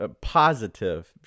positive